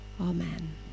Amen